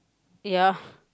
ya